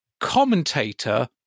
commentator